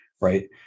right